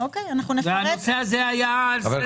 הנושא הזה היה על סדר-היום.